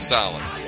Solid